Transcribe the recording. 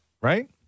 Right